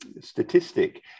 statistic